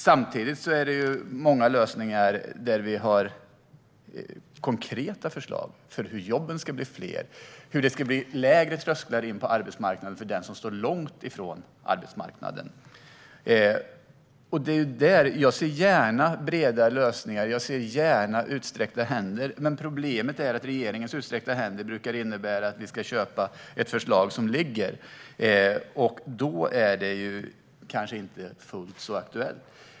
Samtidigt har vi konkreta förslag på många områden för hur jobben ska bli fler och hur det ska bli lägre trösklar in på arbetsmarknaden för dem som står långt ifrån den. Jag ser gärna breda lösningar. Jag ser gärna utsträckta händer. Men problemet är att regeringens utsträckta händer brukar innebära att vi ska köpa förslag som ligger. Då är det kanske inte fullt så aktuellt.